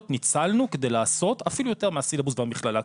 ניצלנו כדי לעשות אפילו יותר מהסילבוס והמכללה.